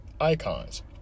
icons